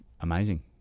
amazing